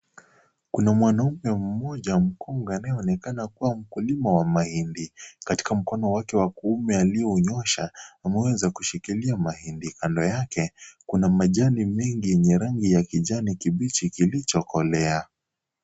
Kuna mwanaume mmoja mkongwe anayeonekana kuwa mkulima wa mahindi , katika mkono wake wa kuume aliyounyosha ameweza kushikilia mahindi, kando yake kuna majani mengi yenye rangi ya kijani kibichi kilicho kolea.